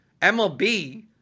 MLB